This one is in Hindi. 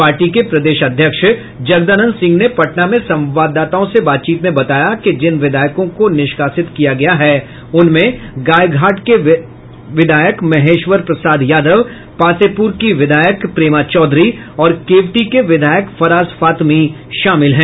पार्टी के प्रदेश अध्यक्ष जगदानंद सिंह ने पटना में संवाददाताओं से बातचीत में बताया कि जिन विधायकों को निष्कासित किया गया है उसमें गाय घाट से महेश्वर प्रसाद यादव पातेपुर से प्रेमा चौधरी और केवटी के विधायक फराज फातमी शामिल हैं